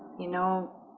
you know,